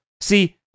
see